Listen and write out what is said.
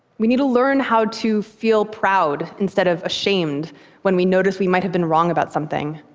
we need to learn how to feel proud instead of ashamed when we notice we might have been wrong about something.